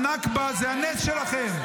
הנכבה זה הנס שלכם.